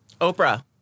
Oprah